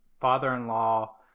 father-in-law